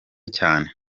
cyane